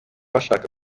bashaka